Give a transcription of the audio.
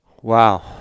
Wow